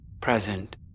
present